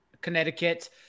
Connecticut